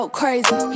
crazy